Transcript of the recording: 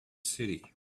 city